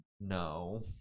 No